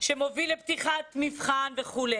שמוביל לפתיחת מבחן וכו'.